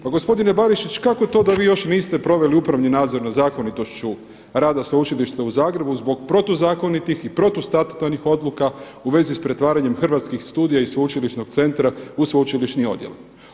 Pa gospodine Barišić, kako to da vi još niste proveli upravni nadzor nad zakonitošću rada Sveučilišta u Zagrebu zbog protuzakonitih i protustatutarnih odluka u vezi s pretvaranjem Hrvatskih studija i sveučilišnog centra u sveučilišni odjel.